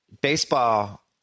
baseball